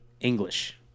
English